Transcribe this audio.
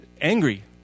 angry